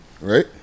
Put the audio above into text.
right